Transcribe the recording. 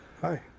Hi